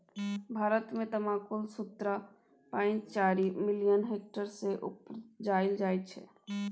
भारत मे तमाकुल शुन्ना पॉइंट चारि मिलियन हेक्टेयर मे उपजाएल जाइ छै